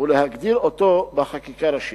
ולהגדיר אותו בחקיקה ראשית.